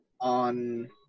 on